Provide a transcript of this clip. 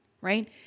right